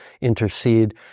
intercede